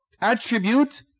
attribute